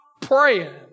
Praying